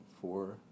four